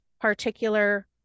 particular